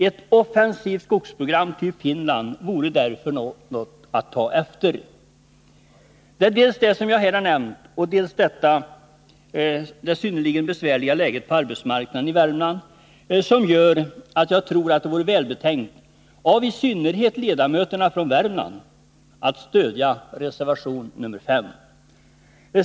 Ett offensivt skogsprogram, typ Finland, vore därför något att ta efter. Det är dels det som jag här har nämnt, dels det synnerligen besvärliga läget på arbetsmarknaden i Värmland som gör att jag tror att det vore välbetänkt, i synnerhet av ledamöterna från Värmland, att stödja reservation 5.